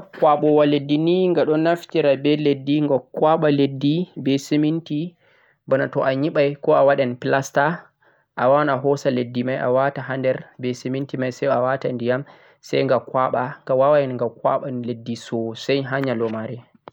mota kwabowa leddi ni gado naftira beh leddi gha kwaba leddi beh siminti bana to'a nyibam ko a wadan plaster a wawan a hosa leddi a wata ha der beh siminti mai sai a wata ndiyam sai gha kwaba gha wawan gha kwaba leddi sosai ha nyalo mare